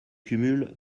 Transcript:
cumul